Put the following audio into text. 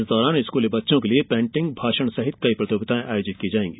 इस दौरान स्कूली बच्चों के लिये पेंटिंग भाषण सहित कई प्रतियोगिताएं आयोजित की जाएंगी